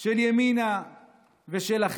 של ימינה ושלכם,